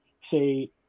say